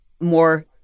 more